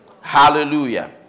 Hallelujah